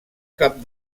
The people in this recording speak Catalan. cap